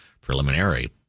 Preliminary